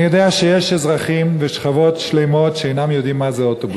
אני יודע שיש אזרחים ושכבות שלמות שאינם יודעים מה זה אוטובוס.